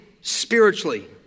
spiritually